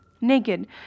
Naked